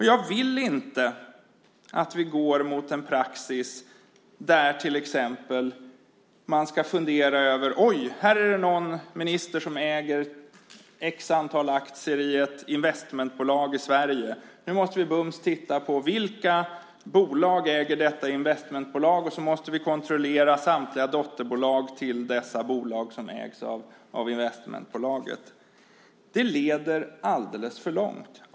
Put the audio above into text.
Jag vill inte att vi går mot en praxis där man till exempel ska fundera över om det är någon minister som äger ett visst antal aktier i ett investmentbolag i Sverige. Nu måste vi bums titta på vilka bolag som detta investmentbolag äger. Sedan måste vi kontrollera samtliga dotterbolag till dessa bolag som ägs av investmentbolaget. Det leder alldeles för långt.